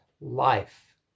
life